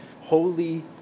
holy